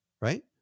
right